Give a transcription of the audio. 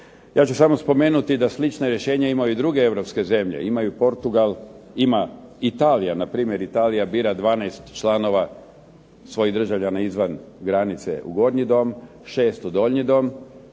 Ja ću samo spomenuti da slična rješenja imaju i druge europske zemlje. Ima i Portugal, ima i Italija. Npr. Italija bira 12 članova svojih državljana izvan granice u Gornji dom, 6 u Donji dom.